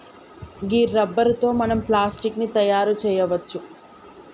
గీ rubber తో మనం plastic ని తయారు చేయవచ్చు